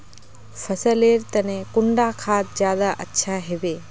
फसल लेर तने कुंडा खाद ज्यादा अच्छा हेवै?